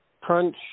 Crunch